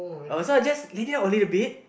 oh so I just leave it out only a bit